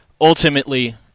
ultimately